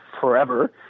forever